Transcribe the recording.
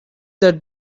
that